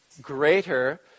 Greater